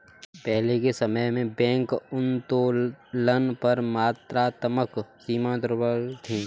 पहले के समय में बैंक उत्तोलन पर मात्रात्मक सीमाएं दुर्लभ थीं